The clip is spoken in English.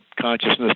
consciousness